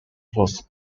was